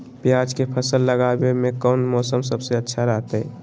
प्याज के फसल लगावे में कौन मौसम सबसे अच्छा रहतय?